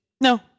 No